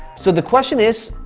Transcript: so the question is,